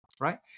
Right